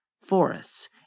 forests